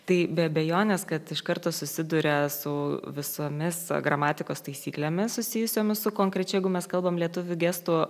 tai be abejonės kad iš karto susiduria su visomis gramatikos taisyklėmis susijusiomis su konkrečia jeigu mes kalbam lietuvių gestų